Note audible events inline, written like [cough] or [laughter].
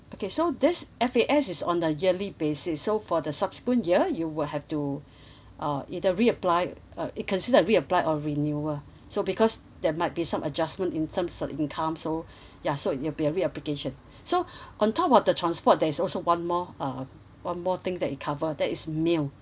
okay so this F_A_S is on the yearly basis so for the subsequent year you will have to [breath] uh either reapply uh it considered a reapply or renewal so because there might be some adjustment in terms of income so [breath] ya so it'll be reapplication so [breath] on top of the transport there's also one more uh one more thing that it cover that is meal